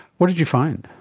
what did you find?